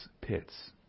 pits